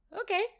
okay